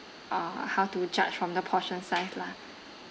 uh how to judge from the portion size lah